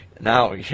now